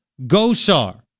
Gosar